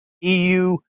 EU